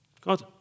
God